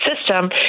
system